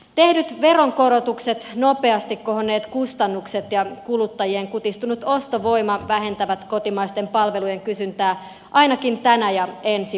tehdyt veronkorotukset nopeasti kohonneet kustannukset ja kuluttajien kutistunut ostovoima vähentävät kotimaisten palvelujen kysyntää ainakin tänä ja ensi vuonna